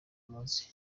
munsi